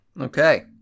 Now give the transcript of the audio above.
Okay